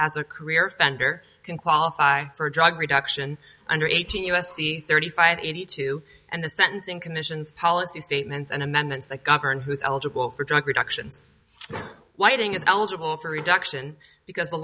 as a career bender can qualify for a drug reduction under eighteen u s c thirty five eighty two and the sentencing commission's policy statements and amendments that govern who's eligible for drug reductions whiting is eligible for reduction because the